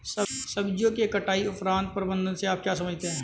सब्जियों के कटाई उपरांत प्रबंधन से आप क्या समझते हैं?